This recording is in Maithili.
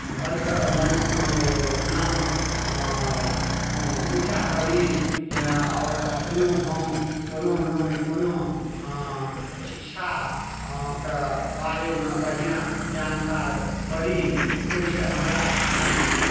घरके मय नाम ऊँचा करी आओर अपनो हम कोनो ने कोनो शिक्षा के बारेमे बढ़िआँ जानकार करी ओहिसँ हमरा आगाँ